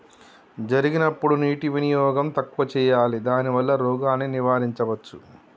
జరిగినప్పుడు నీటి వినియోగం తక్కువ చేయాలి దానివల్ల రోగాన్ని నివారించవచ్చా?